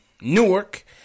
Newark